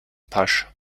pasch